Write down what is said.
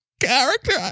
character